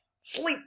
Sleep